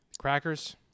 Crackers